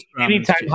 anytime